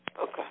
Okay